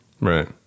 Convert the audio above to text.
Right